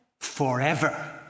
forever